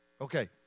Okay